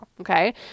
Okay